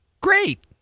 great